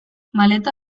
maleta